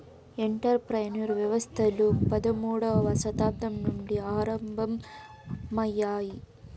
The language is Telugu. ఎంటర్ ప్రెన్యూర్ వ్యవస్థలు పదమూడవ శతాబ్దం నుండి ఆరంభమయ్యాయి